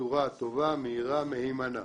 בצורה טובה, מהירה, מהימנה.